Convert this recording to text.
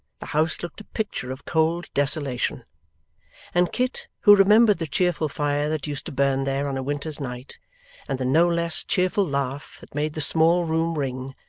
the house looked a picture of cold desolation and kit, who remembered the cheerful fire that used to burn there on a winter's night and the no less cheerful laugh that made the small room ring,